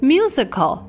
Musical